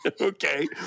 Okay